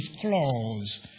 clause